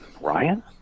Ryan